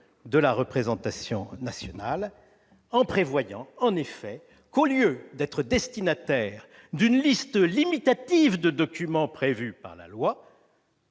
de la représentation nationale, en prévoyant que, au lieu d'être destinataire d'une liste limitative de documents prévus par la loi,